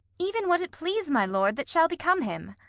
even what it please my lord that shall become him.